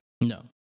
no